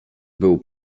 był